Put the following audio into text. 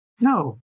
No